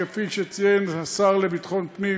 כפי שציין השר לביטחון פנים,